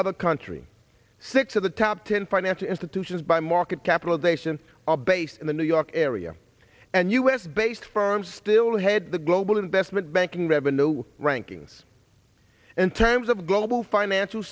other country six of the top ten financial institutions by market capitalization are based in the new york area and u s based firm still head the global investment banking revenue rankings in terms of global financial